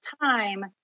time